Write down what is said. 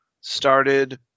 started